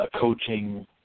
coaching